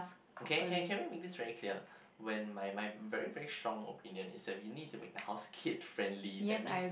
okay okay can we make this very clear when my my very very strong opinion is that we need to make the house kid friendly that means